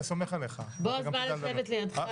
חבר הכנסת טופורובסקי בא לשבת לידך.